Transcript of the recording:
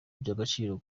iby’agaciro